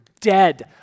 dead